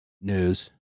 news